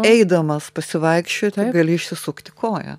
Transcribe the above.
eidamas pasivaikščiot tu gali išsisukti koją